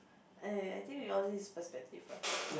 err I think with all this perspective ah